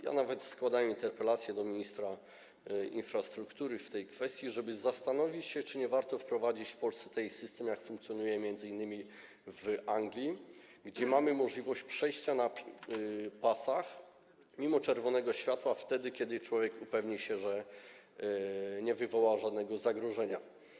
Ja nawet składałem interpelację do ministra infrastruktury w tej kwestii, żeby zastanowić się, czy nie warto wprowadzić w Polsce takiego systemu, jaki funkcjonuje m.in. w Anglii, gdzie jest możliwość przejścia na pasach mimo czerwonego światła, wtedy kiedy człowiek upewni się, że nie wywoła żadnego zagrożenia.